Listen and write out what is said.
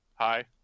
Hi